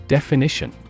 Definition